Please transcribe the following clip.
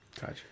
Gotcha